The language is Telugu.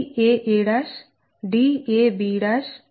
Daa Dab Dba Dbb అన్ని ఇచ్చారు